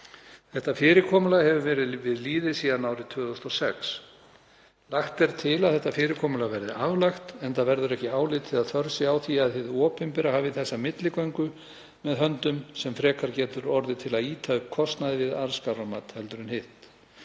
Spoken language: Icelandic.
Þetta fyrirkomulag hefur verið við lýði síðan árið 2006. Lagt er til að þetta fyrirkomulag verði aflagt enda verður ekki álitið að þörf sé á því að hið opinbera hafi þessa milligöngu með höndum sem frekar getur orðið til að ýta upp kostnaði við arðskrármat heldur en hitt.